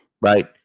right